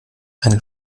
ein